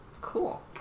cool